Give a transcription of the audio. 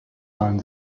seinen